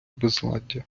безладдя